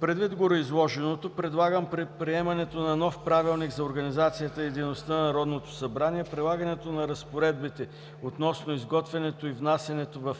„Предвид гореизложеното предлагам при приемането на нов Правилник за организацията и дейността на Народното събрание прилагането на разпоредбите относно изготвянето и внасянето в